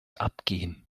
abgehen